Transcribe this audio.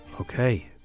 Okay